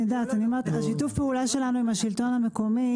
שיתוף הפעולה שלנו עם השלטון המקומי